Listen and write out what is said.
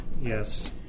Yes